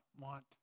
want